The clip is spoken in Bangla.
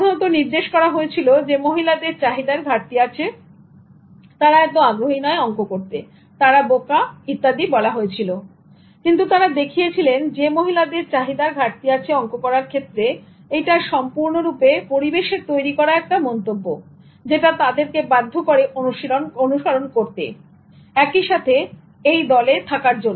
সাধারণত নির্দেশ করা হয়েছিল যে মহিলাদের চাহিদার ঘাটতি আছে তারা এত আগ্রহী নয় অংক করতে তারা বোকা ইত্যাদি কিন্তু তারা দেখিয়েছিলেন যে মহিলাদের চাহিদার ঘাটতি আছে অঙ্ক করার ক্ষেত্রে এইটা সম্পূর্ণরূপে পরিবেশের তৈরি করা একটা মন্তব্য এবং যেটা তাদেরকে বাধ্য করে অনুসরণ করতে একসাথে দলের থাকার জন্য